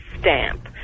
stamp